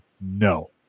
no